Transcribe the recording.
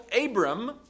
Abram